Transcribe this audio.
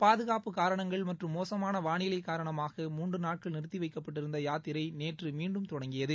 பாதுகாப்பு காரணங்கள் மற்றும் மோசமான வாளிலை காரணமாக மூன்று நாட்கள் நிறுத்தி வைக்கப்பட்டிருந்த யாத்திரை நேற்று மீண்டும் தொடங்கியது